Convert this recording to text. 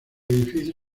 edificio